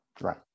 Right